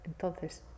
Entonces